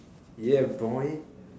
ya boy